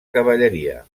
cavalleria